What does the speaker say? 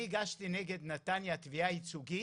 אני הגשתי נגד נתניה תביעה ייצוגית